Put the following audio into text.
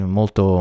molto